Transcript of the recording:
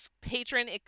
patron